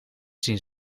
zien